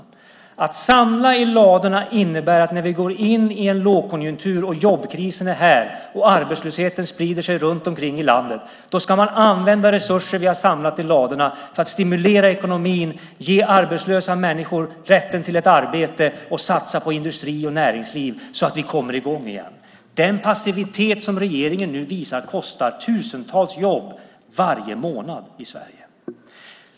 Men att samla i ladorna innebär att när vi går in i en lågkonjunktur och jobbkrisen är här och när arbetslösheten sprider sig runt om i landet ska just de resurser användas som vi har samlat i ladorna till att stimulera ekonomin och ge arbetslösa människor rätten till ett arbete och till att satsa på industri och näringsliv så att vi kommer i gång igen. Den passivitet som regeringen visar nu kostar varje månad tusentals jobb i Sverige.